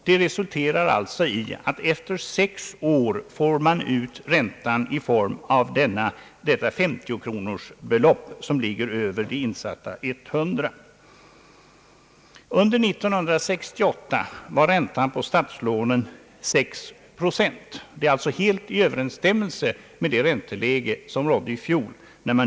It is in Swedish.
Det resulterar alltså i att man efter sex år får ut räntan i form av detta 50-kronorsbelopp som ligger över de insatta 100 kronorna. Under år 1968 var räntan på statslånen 6 procent. Spar 68 har alltså lagts upp helt i överensstämmelse med det ränteläge som rådde i fjol.